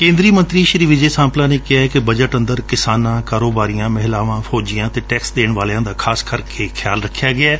ਕੇਂਦਰੀ ਮੰਤਰੀ ਵਿਜੈ ਸਾਂਪਲਾ ਨੇ ਕਿਹੈ ਕਿ ਬਜਟ ਅੰਦਰ ਕਿਸਾਨਾਂ ਕਾਰੋਬਾਰੀਆਂ ਮਹਿਲਾਵਾਂ ਫੌਜੀਆਂ ਅਤੇ ਟੈਕਸ ਦੇਵ ਵਾਲਿਆਂ ਦਾ ਖਾਸ ਧਿਆਨ ਰਖਿਆ ਗਿਐ